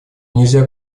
нельзя